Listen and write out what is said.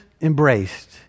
embraced